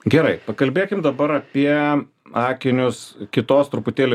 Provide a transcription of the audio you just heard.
gerai pakalbėkim dabar apie akinius kitos truputėlį